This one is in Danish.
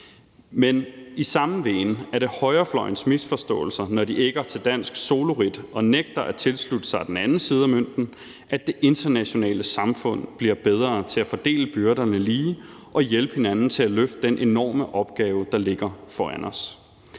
en misforståelse fra højrefløjens side, når de ægger til dansk soloridt og nægter at tilslutte sig den anden side af mønten, nemlig at det internationale samfund skal blive bedre til at fordele byrderne lige og hjælpe hinanden med at løfte den enorme opgave, der ligger foran os.